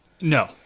No